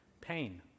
pain